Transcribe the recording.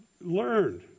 learned